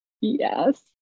Yes